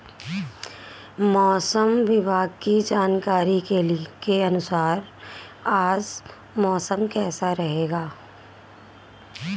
मौसम विभाग की जानकारी के अनुसार आज मौसम कैसा रहेगा?